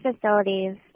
facilities